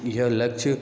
यह लक्ष्य